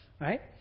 right